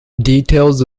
details